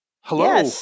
hello